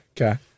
Okay